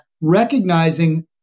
recognizing